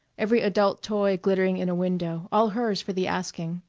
every adult toy glittering in a window, all hers for the asking.